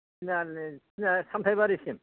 थिनालिनि सामथाइबारिसिम